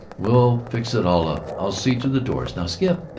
we'll fix it all up. i'll see to the doors. now skip!